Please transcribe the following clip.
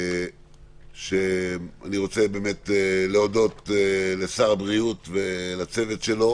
אני רוצה להודות לשר הבריאות ולצוות שלו.